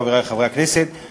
חברי חברי הכנסת,